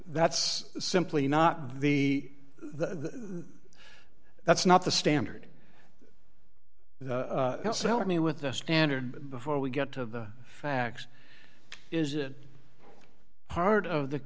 that's simply not the that's not the standard telling me with the standard before we get to the facts is it part of the